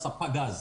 "ספק גז".